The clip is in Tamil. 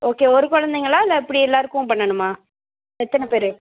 ஓகே ஒரு குழந்தைங்களா இல்லை எப்படி எல்லார்க்கும் பண்ணணுமா எத்தனை பேர்